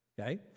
okay